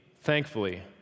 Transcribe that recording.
Thankfully